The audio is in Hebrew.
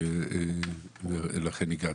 ולכן הגעתי.